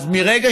אז מרגע